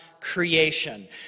Creation